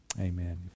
Amen